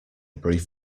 brief